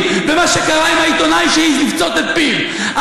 ומה שקרה עם העיתונאי שהעז לפצות את פיו.